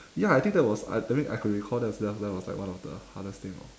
ya I think that was I I mean I could recall that was that was like one of the hardest thing orh